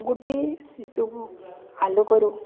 ଗୋଟିଏ ଶିଶୁକୁ ଆଲୋକରୁ